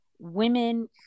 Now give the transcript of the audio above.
women